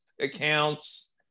accounts